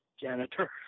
janitor